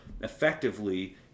effectively